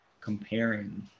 comparing